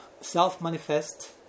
self-manifest